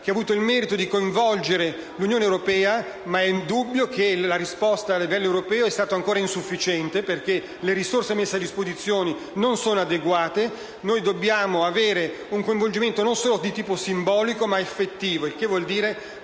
che ha avuto il merito di coinvolgere l'Unione europea, ma è indubbio che la risposta, a livello europeo, sia ancora insufficiente perché le risorse messe a disposizione non sono adeguate. Noi dobbiamo avere un coinvolgimento non solo simbolico, ma effettivo, il che vuol dire